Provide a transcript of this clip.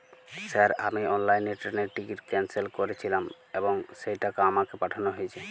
Sir আমি অনলাইনে ট্রেনের টিকিট ক্যানসেল করেছিলাম এবং সেই টাকা আমাকে পাঠানো হয়েছে?